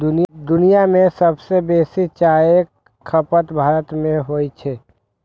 दुनिया मे सबसं बेसी चायक खपत भारत मे होइ छै